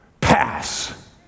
Pass